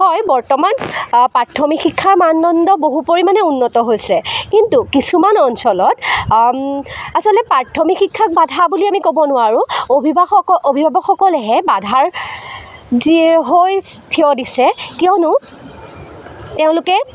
হয় বৰ্তমান প্ৰাথমিক শিক্ষাৰ মানদণ্ড বহু পৰিমাণে উন্নত হৈছে কিন্তু কিছুমান অঞ্চলত আচলতে প্ৰাথমিক শিক্ষাক আমি বাধা বুলি ক'ব নোৱাৰো অবি অভিভাৱকসকলেহে বাধাৰ যি হৈ থিয় দিছে কিয়নো এওঁলোকে